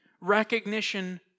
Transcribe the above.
recognition